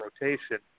rotation